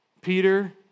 Peter